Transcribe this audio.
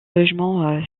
logement